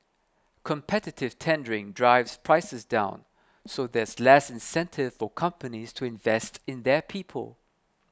competitive tendering drives prices down so there's less incentive for companies to invest in their people